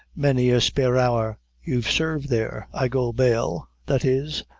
many a spare hour you've sarved there, i go bail, that is,